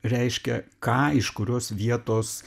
reiškia ką iš kurios vietos